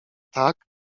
tak